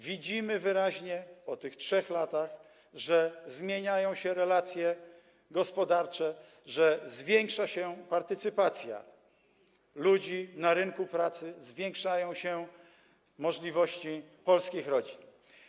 Widzimy wyraźnie po tych 3 latach, że zmieniają się relacje gospodarcze, że zwiększa się partycypacja ludzi na rynku pracy, zwiększają się możliwości polskich rodzin.